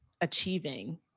achieving